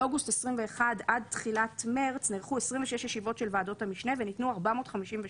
מאוגוסט 21' עד תחילת מרס נערכו 26 ישיבות של ועדות המשנה וניתנו 456